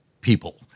people